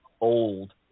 old